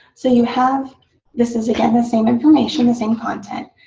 so you have this is, again, the same information the same content.